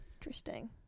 interesting